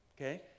okay